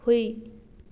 ꯍꯨꯏ